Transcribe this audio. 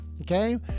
Okay